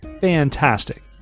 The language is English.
fantastic